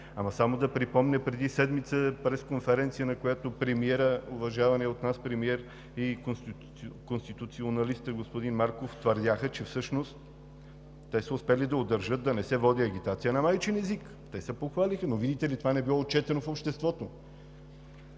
Но само да припомня преди седмица пресконференцията, на която уважаваният от нас премиер и конституционалистът господин Марков твърдяха, че всъщност те са успели да удържат да не се води агитация на майчин език – те се похвалиха, но, видите ли, това не било отчетено в обществото.